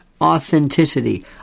authenticity